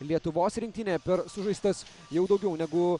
lietuvos rinktinė per sužaistas jau daugiau negu